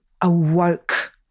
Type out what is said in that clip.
awoke